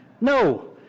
No